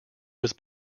was